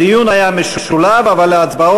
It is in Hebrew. הדיון היה משולב אבל ההצבעות,